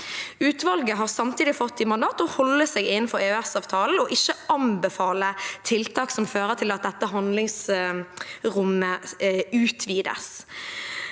Utvalget har samtidig fått i mandat å holde seg innenfor EØS-avtalen og ikke anbefale tiltak som fører til at dette handlingsrommet utvides.